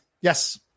Yes